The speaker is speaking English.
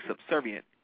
subservient